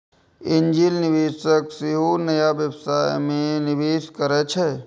angel निवेशक सेहो नया व्यवसाय मे निवेश करै छै